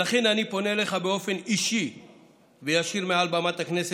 ולכן אני פונה אליך באופן אישי וישיר מעל בימת הכנסת,